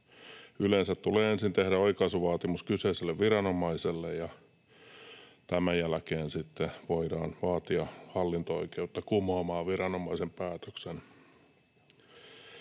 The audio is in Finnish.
Yleensä tulee ensin tehdä oikaisuvaatimus kyseiselle viranomaiselle.” Tämän jälkeen sitten voidaan vaatia hallinto-oikeutta kumoamaan viranomaisen päätös.